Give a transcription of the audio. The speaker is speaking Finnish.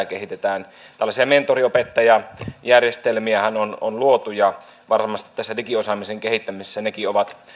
kehitetään tällaisia mentoriopettajajärjestelmiähän on on luotu ja varmasti tässä digiosaamisen kehittämisessä nekin ovat